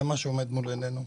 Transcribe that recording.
זה מה שעומד מול עינינו,